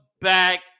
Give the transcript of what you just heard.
back